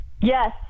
Yes